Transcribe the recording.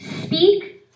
speak